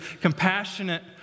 compassionate